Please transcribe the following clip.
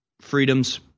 freedoms